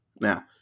Now